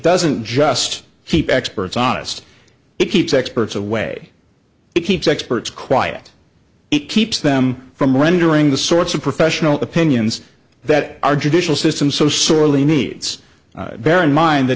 doesn't just keep experts honest it keeps experts away it keeps experts quiet it keeps them from rendering the sorts of professional opinions that our judicial system so sorely needs bear in mind th